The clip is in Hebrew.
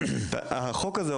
החוק הזה,